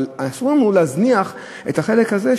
אבל אסור לנו להזניח את החלק הזה,